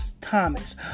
Thomas